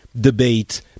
debate